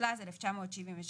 התשל"ז-1977.